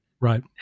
Right